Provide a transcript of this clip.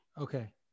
Okay